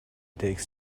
takes